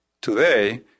Today